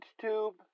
tube